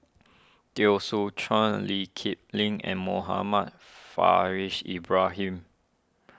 Teo Soon Chuan Lee Kip Lin and Muhammad Ibrahim